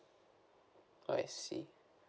I see